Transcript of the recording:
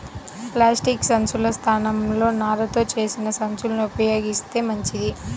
plastic సంచుల స్థానంలో నారతో చేసిన సంచుల్ని ఉపయోగిత్తే మంచిది